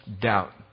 doubt